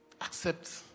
accept